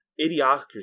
idiocracy